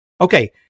Okay